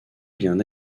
bien